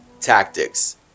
tactics